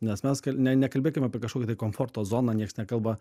nes mes kal ne nekalbėkim apie kažkokį tai komforto zoną nieks nekalba